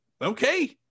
Okay